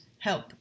help